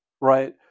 Right